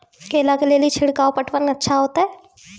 केला के ले ली छिड़काव पटवन अच्छा होते?